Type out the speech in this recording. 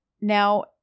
now